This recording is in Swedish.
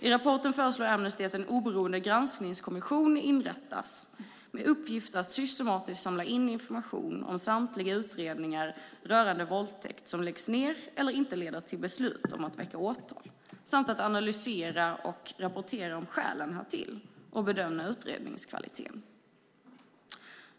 I rapporten föreslår Amnesty att en oberoende granskningskommission inrättas med uppgift att systematiskt samla in information om samtliga utredningar rörande våldtäkt som läggs ned eller inte leder till beslut om att väcka åtal samt att analysera och rapportera om skälen härtill och bedöma utredningskvaliteten.